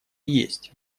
есть